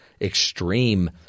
extreme